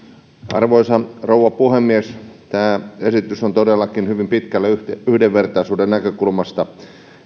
arvoisa rouva puhemies tämä esitys todellakin hyvin pitkälle yhdenvertaisuuden näkökulmasta